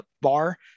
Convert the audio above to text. bar